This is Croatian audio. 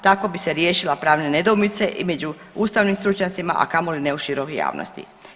Tako bi se riješile pravne nedoumice i među ustavnim stručnjacima, a kamoli ne u široj javnosti.